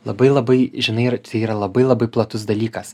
labai labai žinai tai yra labai labai platus dalykas